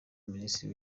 minisitiri